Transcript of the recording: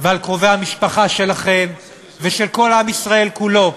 ועל קרובי המשפחה שלכם ושל כל עם ישראל כולו.